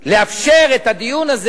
לאפשר את הדיון הזה,